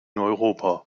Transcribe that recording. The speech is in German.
europa